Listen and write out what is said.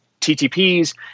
TTPs